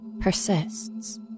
persists